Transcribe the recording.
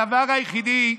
הדבר היחידי,